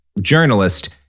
journalist